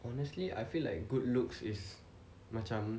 honestly I feel like good looks is macam